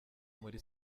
muri